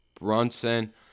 Brunson